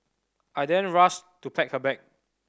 I then rushed to pack her bag